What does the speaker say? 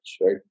right